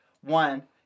one